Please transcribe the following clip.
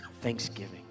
thanksgiving